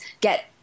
get